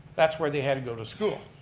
that's where they had to go to school.